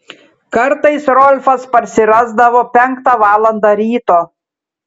kartais rolfas parsirasdavo penktą valandą ryto